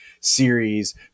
series